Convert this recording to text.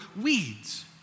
weeds